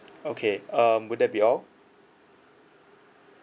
okay um would that be all